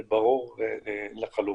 זה ברור לחלוטין.